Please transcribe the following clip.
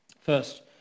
First